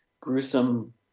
gruesome